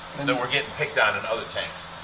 and they were getting picked on in other tanks.